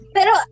Pero